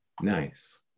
Nice